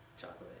Chocolate